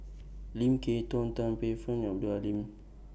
Lim Kay Tong Tan Paey Fern and